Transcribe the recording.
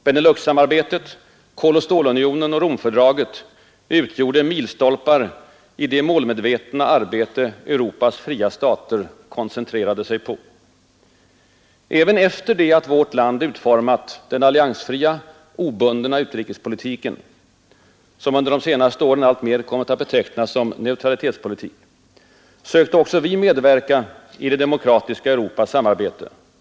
Beneluxsamarbetet, Koloch stålunionen och Romfördraget utgjorde milstolpar i det målmedvetna arbete Europas fria stater koncentrerade sig på. Även efter det att vårt land utformat den alliansfria, obundna utrikespolitken — som under de senaste åren alltmera kommit att betecknas som neutralitetspolitik sökte också vi medverka i det demokratiska Europas samarbete.